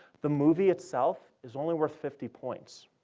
the movie itself is only worth fifty points.